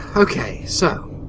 okay, so,